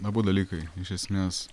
abu dalykai iš esmės